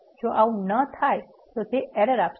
જો આવુ ન થાય તો તે એરર આપશે